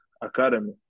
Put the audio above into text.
Academy